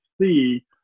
see